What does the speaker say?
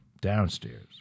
downstairs